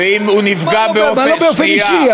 מה לא באופן אישי?